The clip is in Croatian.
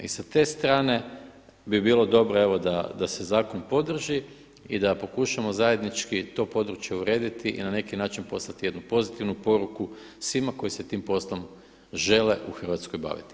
I sa te strane bi bilo dobro evo da se zakon podrži i da pokušamo zajednički to područje urediti i na neki način poslati jednu pozitivnu poruku svima koji se tim poslom žele u Hrvatskoj baviti.